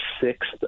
sixth